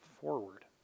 forward